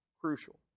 crucial